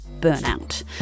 burnout